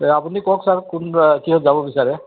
তে আপুনি কওক ছাৰ কোন কিহত যাব বিচাৰে